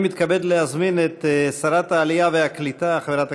אני מתכבד להזמין את שרת העלייה והקליטה חברת